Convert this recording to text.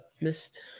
Missed